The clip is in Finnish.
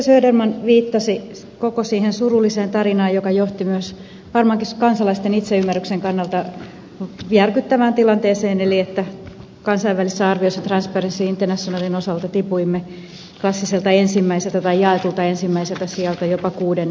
söderman viittasi koko siihen surulliseen tarinaan joka johti varmaankin myös kansalaisten itseymmärryksen kannalta järkyttävään tilanteeseen eli että kansainvälisissä arvioissa transparency internationalin osalta tipuimme klassiselta ensimmäiseltä tai jaetulta ensimmäiseltä sijalta jopa kuudenneksi